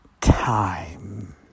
time